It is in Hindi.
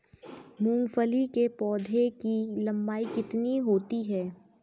मूंगफली के पौधे की लंबाई कितनी होती है?